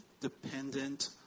dependent